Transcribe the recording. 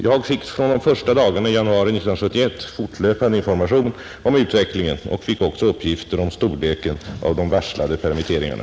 Jag fick från de första dagarna i januari 1971 fortlöpande information om utvecklingen och fick också uppgifter om storleken av de varslade permitteringarna.